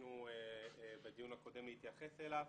שהתבקשנו בדיון הקודם להתייחס אליו.